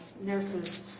nurses